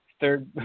third